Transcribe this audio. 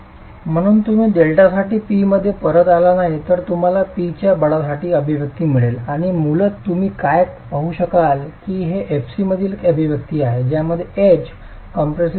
म्हणून जर तुम्ही डेल्टासाठी P मध्ये परत आला नाही तर तुम्हाला P च्या बळासाठी अभिव्यक्ती मिळेल आणि मूलतः तुम्ही काय पाहू शकाल की हे fc मधील एक अभिव्यक्ती आहे ज्यामध्ये एज कॉम्प्रेसिव्ह स्ट्रेस आहे